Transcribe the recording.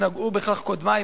ונגעו בכך קודמי,